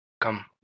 Come